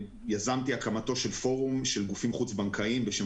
יזמתי הקמתו של פורום של גופים חוץ בנקאים בשם